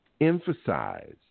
emphasize